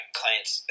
clients